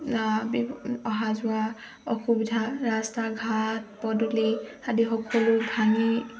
অহা যোৱা অসুবিধা ৰাস্তা ঘাট পদূলি আদি সকলো ভাঙি